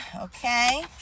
okay